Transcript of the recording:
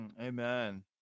amen